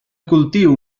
cultiu